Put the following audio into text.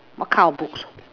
what kind of books